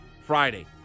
Friday